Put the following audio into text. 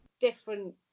Different